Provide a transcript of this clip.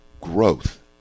growth